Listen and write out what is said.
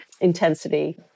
intensity